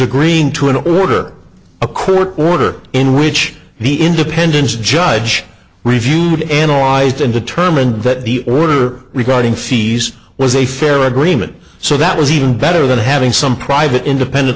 agreeing to an order a court order in which the independence judge reviewed analyzed and determined that the order regarding fees was a fair agreement so that was even better than having some private independent